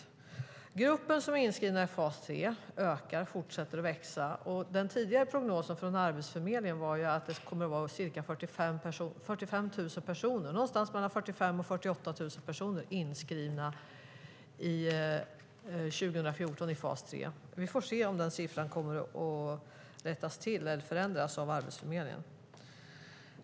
Den grupp som är inskriven i fas 3 ökar och fortsätter att växa. Den tidigare prognosen från Arbetsförmedlingen var att det 2014 kommer att vara mellan 45 000 och 48 000 personer som är inskrivna i fas 3. Vi får se om den siffran kommer att rättas till eller förändras av Arbetsförmedlingen.